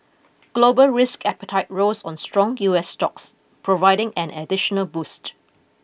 gobal risk appetite rose on strong U S stocks providing an additional boost